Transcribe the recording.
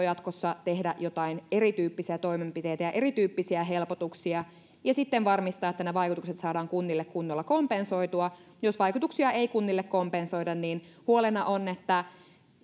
jatkossa tehdä jotain erityyppisiä toimenpiteitä ja erityyppisiä helpotuksia ja sitten varmistaa että ne vaikutukset saadaan kunnille kunnolla kompensoitua jos vaikutuksia ei kunnille kompensoida huolena on että